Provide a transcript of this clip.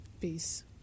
peace